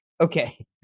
Okay